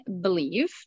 believe